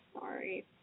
Sorry